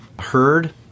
heard